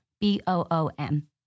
B-O-O-M